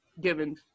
given